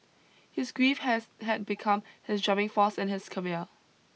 his grief has had become his driving force in his career